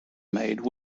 made